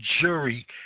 jury